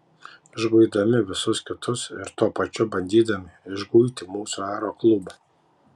išguidami visus kitus ir tuo pačiu bandydami išguiti mūsų aeroklubą